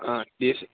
অঁ ত্ৰিছ